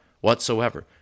whatsoever